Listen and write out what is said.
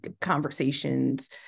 conversations